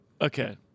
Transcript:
Okay